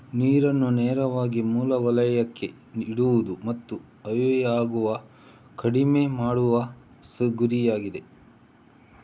ನೀರನ್ನು ನೇರವಾಗಿ ಮೂಲ ವಲಯಕ್ಕೆ ಇಡುವುದು ಮತ್ತು ಆವಿಯಾಗುವಿಕೆ ಕಡಿಮೆ ಮಾಡುವುದು ಗುರಿಯಾಗಿದೆ